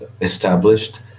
established